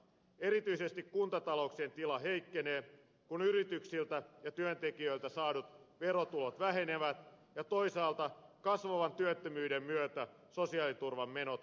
erityisesti kuntatalouksien tila heikkenee kun yrityksiltä ja työntekijöiltä saadut verotuotot vähenevät ja toisaalta kasvavan työttömyyden myötä sosiaaliturvan menot kasvavat